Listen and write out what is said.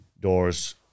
doors